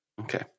okay